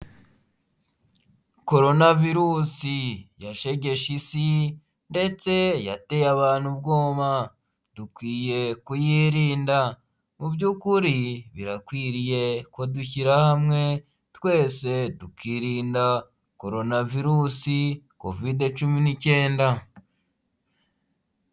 Korona virusi yashegeshe isi ndetse yateye abantu ubwoba, dukwiye kuyirinda mu byukuri birakwiriye kudushyira hamwe, twese tukirinda koronavirusi, kovidi cumi n'icyenda.